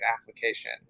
application